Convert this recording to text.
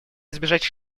избежать